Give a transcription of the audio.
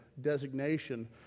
designation